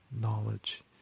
knowledge